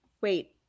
Wait